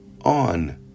on